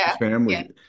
family